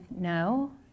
no